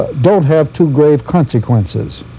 don't have too grave consequences.